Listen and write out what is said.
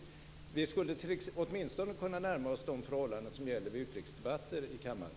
Vi skulle åtminstone kunna närma oss de regler som gäller vid utrikesdebatter här i kammaren.